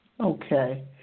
Okay